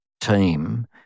team